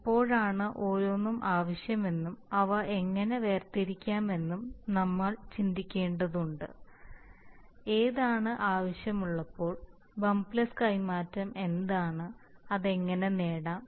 എപ്പോഴാണ് ആണ് ഓരോന്നും ആവശ്യമെന്നും അവ എങ്ങനെ വേർതിരിക്കാമെന്നും നിങ്ങൾ ചിന്തിക്കേണ്ടതുണ്ട് ഏതാണ് ആവശ്യമുള്ളപ്പോൾ ബമ്പ് ലെസ് കൈമാറ്റം എന്താണ് അത് എങ്ങനെ നേടാം